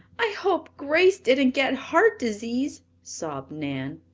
i hope grace didn't get heart disease, sobbed nan.